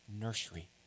nursery